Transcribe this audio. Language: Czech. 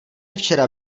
včera